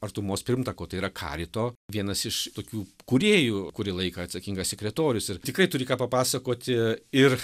artumos pirmtako tai yra karito vienas iš tokių kūrėjų kurį laiką atsakingas sekretorius ir tikrai turi ką papasakoti ir